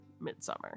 Midsummer